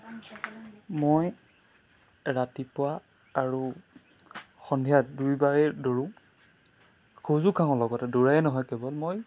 মই ৰাতিপুৱা আৰু সন্ধিয়া দুইবাৰে দৌৰোঁ খোজো কাঢ়ো লগতে দৌৰাই নহয় কেৱল মই